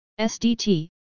SDT